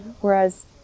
Whereas